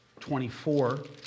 24